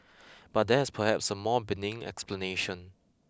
but there is perhaps a more benign explanation